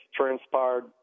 transpired